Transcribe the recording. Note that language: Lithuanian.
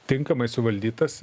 tinkamai suvaldytas